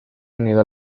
unido